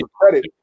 credit